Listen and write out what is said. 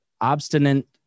obstinate